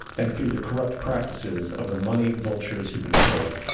and through the corrupt practices of the moneyed vultures who control it.